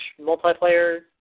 multiplayer